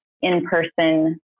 in-person